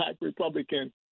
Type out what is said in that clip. Republican